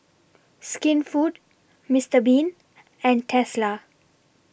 Skinfood Mister Bean and Tesla